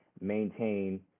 maintain